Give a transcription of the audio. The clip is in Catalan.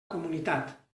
comunitat